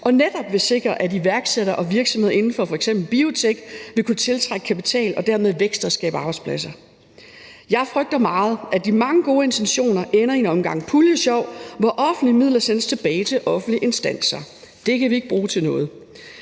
netop vil sikre, at iværksættere og virksomheder inden for f.eks. biotech vil kunne tiltrække kapital og dermed vækste og skabe arbejdspladser. Jeg frygter meget, at de mange gode intentioner ender i en omgang puljesjov, hvor offentlige midler sendes tilbage til offentlige instanser. Det kan vi ikke bruge til noget.